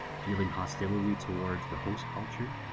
feeling hostility toward the host culture,